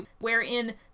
wherein